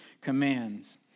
commands